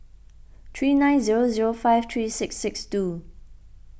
three nine zero zero five three six six two